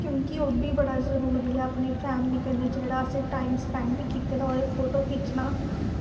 क्योंकि ओह् बी बड़ा जरूरी ऐ जेह्ड़ा अपनी फैमिली कन्नै अस टाईम स्पैंड कीते दा होऐ फोटो खिच्चना